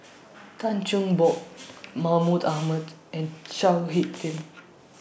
Tan Cheng Bock Mahmud Ahmad and Chao Hick Tin